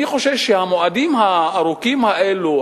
אני חושש שהמועדים הארוכים האלו,